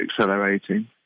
accelerating